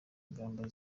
ingamba